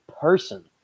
person